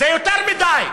זה יותר מדי.